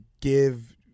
give